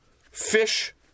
Fish